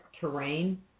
terrain